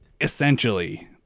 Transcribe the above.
Essentially